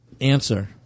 answer